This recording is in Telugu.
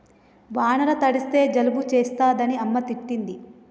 వానల తడిస్తే జలుబు చేస్తదని అమ్మ తిట్టింది